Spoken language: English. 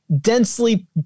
densely